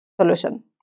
solution